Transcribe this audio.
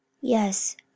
Yes